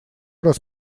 раз